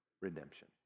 redemption